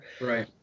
Right